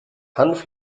hanf